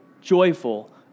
joyful